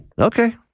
Okay